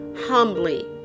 humbly